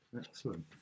Excellent